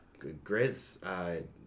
Grizz